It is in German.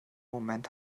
moment